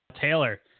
taylor